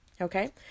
Okay